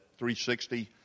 360